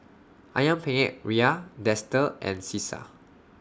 Ayam Penyet Ria Dester and Cesar